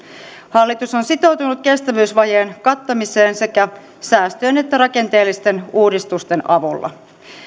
hallitus on sitoutunut kestävyysvajeen kattamiseen sekä säästöjen että rakenteellisten uudistusten avulla